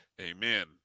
Amen